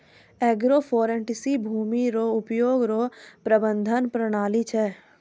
agroforestry भूमी रो उपयोग रो प्रबंधन प्रणाली छै